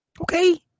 okay